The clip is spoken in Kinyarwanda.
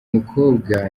mukobwa